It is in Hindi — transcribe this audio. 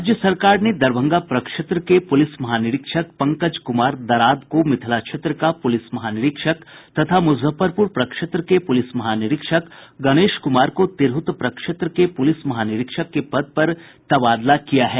राज्य सरकार दरभंगा प्रक्षेत्र के पुलिस महानिरीक्षक पंकज कुमार दराद को मिथिला क्षेत्र का पुलिस महानिरीक्षक तथा मुजफ्फरपुर प्रक्षेत्र के पुलिस महानिरीक्षक गणेश कुमार को तिरहुत क्षेत्र के पुलिस महानिरीक्षक के पद पर तबादला किया है